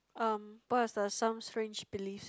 um what're the some strange beliefs